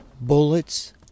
bullets